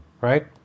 right